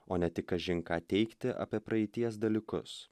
o ne tik kažin ką teigti apie praeities dalykus